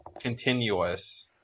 continuous